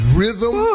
rhythm